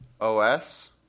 OS